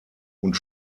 und